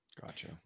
Gotcha